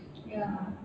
ya